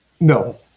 No